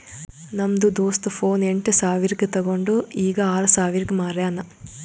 ನಮ್ದು ದೋಸ್ತ ಫೋನ್ ಎಂಟ್ ಸಾವಿರ್ಗ ತೊಂಡು ಈಗ್ ಆರ್ ಸಾವಿರ್ಗ ಮಾರ್ಯಾನ್